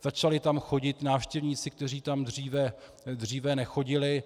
Začali tam chodit návštěvníci, kteří tam dříve nechodili.